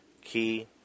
key